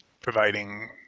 providing